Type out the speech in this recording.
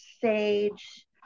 sage